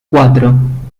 cuatro